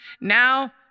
Now